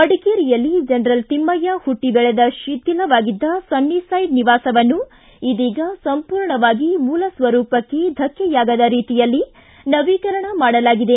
ಮಡಿಕೇರಿಯಲ್ಲಿ ಜನರಲ್ ತಿಮ್ದಯ್ಯ ಹುಟ್ಟಿ ದೆಳೆದ ಶೀಥಿಲವಾಗಿದ್ದ ಸನ್ನಿಸೈಡ್ ನಿವಾಸವನ್ನು ಇದೀಗ ಸಂಪೂರ್ಣವಾಗಿ ಮೂಲಸ್ವರೂಪಕ್ಷೆ ಧಕ್ಷೆಯಾಗದ ರೀತಿಯಲ್ಲಿ ನವೀಕರಣ ಮಾಡಲಾಗಿದೆ